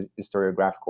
historiographical